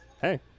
hey